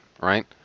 right